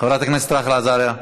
חברת הכנסת רחל עזריה.